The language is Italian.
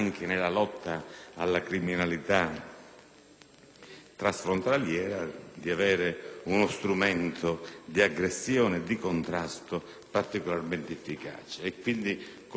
transfrontaliera di disporre di uno strumento di aggressione e di contrasto particolarmente efficace. Quindi, con soddisfazione, vedo l'approdo